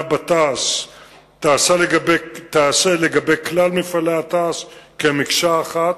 בתע"ש תיעשה לגבי כלל מפעלי תע"ש כמקשה אחת,